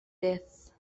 death